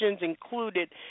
included